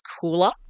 cooler